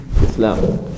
Islam